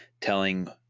telling